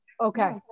okay